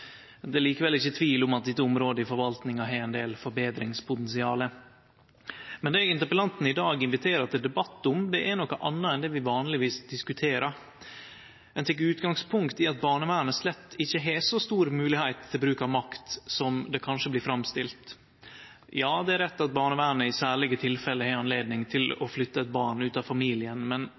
Det er likevel ikkje tvil om at dette området i forvaltinga har eit forbetringspotensial. Men det interpellanten i dag inviterer til debatt om, er noko anna enn det vi vanlegvis diskuterer. Ein tek utgangspunkt i at barnevernet slett ikkje har så stor moglegheit til bruk av makt som det kanskje blir framstilt som. Det er rett at barnevernet i særlege tilfelle har anledning til å flytte eit barn ut av familien, men